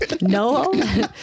No